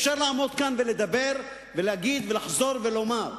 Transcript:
אפשר לעמוד כאן ולדבר, ולהגיד, ולחזור ולומר.